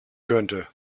könnte